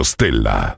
Stella